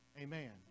amen